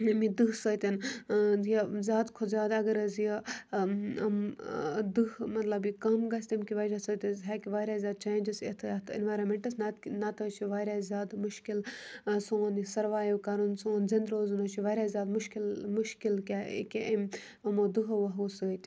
ییٚمہِ دہ سۭتۍ یہِ زیادٕ کھۄتہٕ زیادٕ اگر حظ یہِ یِم دہ مطلب یہِ کَم گژھِ تمہِ کہِ وجہ سۭتۍ حظ ہٮ۪کہِ واریاہ زیادٕ چینٛجِز یِتھ یَتھ اٮ۪نوارَمٮ۪نٛٹَس نَتہٕ کہِ نَتہٕ حظ چھِ واریاہ زیادٕ مُشکل سون یہِ سٔروایو کَرُن سون زِندٕ روزُن حظ چھِ واریاہ زیادٕ مُشکل مُشکل امۍ یِمو دہو وُہو سۭتۍ